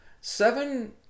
Seven